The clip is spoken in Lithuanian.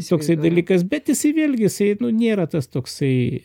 siuoksai dalykas bet jisai vėl gi jisai nu nėra tas toksai